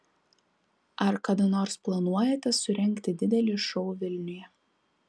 ar kada nors planuojate surengti didelį šou vilniuje